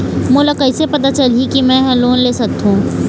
मोला कइसे पता चलही कि मैं ह लोन ले सकथों?